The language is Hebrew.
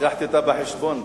הבאתי אותה בחשבון.